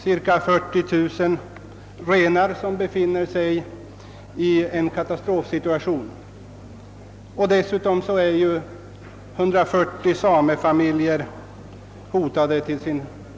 Cirka 40 000 renar befinner sig i en katastrofsituation, och 140 samefamiljers försörjning är hotad.